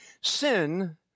Sin